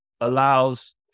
allows